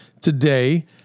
today